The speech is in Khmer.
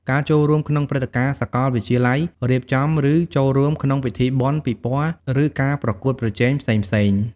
ការចូលរួមក្នុងព្រឹត្តិការណ៍សាកលវិទ្យាល័យ: រៀបចំ ឬចូលរួមក្នុងពិធីបុណ្យ ពិព័រណ៍ ឬការប្រកួតប្រជែងផ្សេងៗ។